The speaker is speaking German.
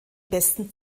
besten